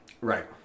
Right